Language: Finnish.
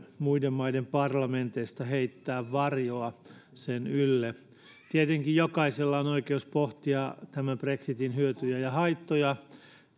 muiden maiden parlamenteista ei tule heittää varjoa sen ylle tietenkin jokaisella on oikeus pohtia brexitin hyötyjä ja haittoja